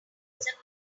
myth